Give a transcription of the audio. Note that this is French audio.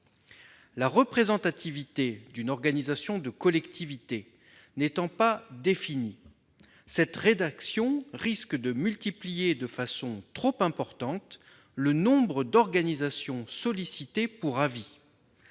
La représentativité d'une organisation de collectivités n'étant pas définie, une telle rédaction risque de multiplier de façon trop importante le nombre d'organisations sollicitées pour avis